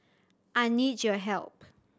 I need your help